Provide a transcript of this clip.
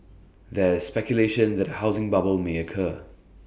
there is speculation that A housing bubble may occur